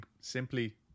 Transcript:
simply